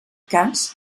cas